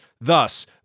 thus